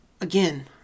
again